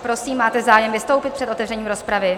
Prosím, máte zájem vystoupit před otevřením rozpravy?